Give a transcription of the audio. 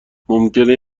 ممکنه